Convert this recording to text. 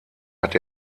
hat